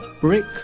Brick